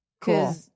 Cool